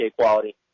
quality